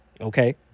Okay